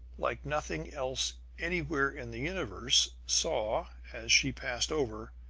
like nothing else anywhere in the universe saw, as she passed over,